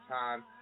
time